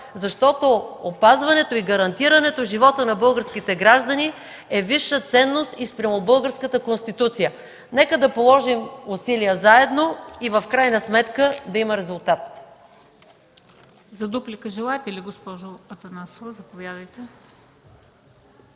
защото опазването и гарантирането на живота на българските граждани е висша ценност и спрямо българската Конституция. Нека да положим усилия заедно и в крайна сметка да има резултат!